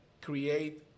create